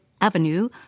Avenue